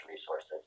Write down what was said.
resources